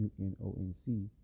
UNONC